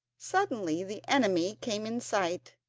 suddenly the enemy came in sight.